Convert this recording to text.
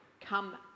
Come